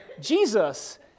Jesus